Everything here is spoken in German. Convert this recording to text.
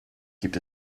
gibt